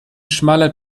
schmaler